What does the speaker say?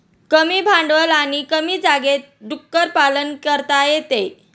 कमी भांडवल आणि कमी जागेत डुक्कर पालन करता येते